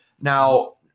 Now